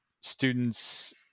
students